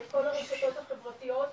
את כל הרשתות החברתיות,